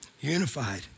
Unified